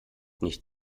nicht